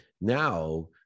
now